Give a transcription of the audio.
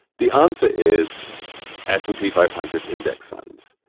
the answer is s and p five hundred index funds.